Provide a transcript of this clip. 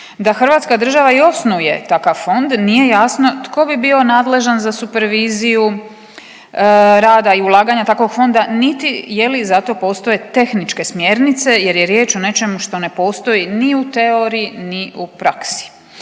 Da Hrvatska država i osnuje takav fond nije jasno tko bi bio nadležan za superviziju rada i ulaganja takvog fonda, niti je li za to postoje tehničke smjernice, jer je riječ o nečemu što ne postoji ni u teoriji, ni u praksi.